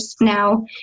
now